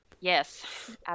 Yes